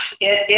yes